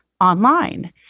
online